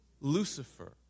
Lucifer